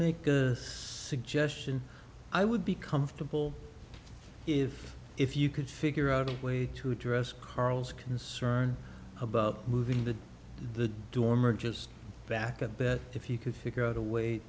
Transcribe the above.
make a suggestion i would be comfortable if if you could figure out a way to address carl's concern about moving the the dormer just back a bit if you could figure out a way